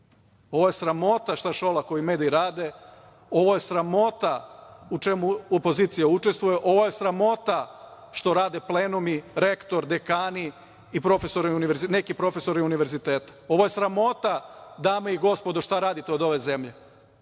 Ovo je sramota šta Šolakovi mediji rade. Ovo je sramota u čemu opozicija učestvuje. Ovo je sramota što rade plenumi, rektor, dekani i neki profesori univerziteta. Ovo je sramota, dame i gospodo šta radite od ove zemlje. Napad